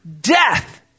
Death